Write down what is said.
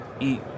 eat